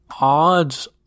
odds